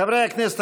חברי הכנסת,